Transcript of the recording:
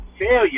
failure